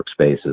workspaces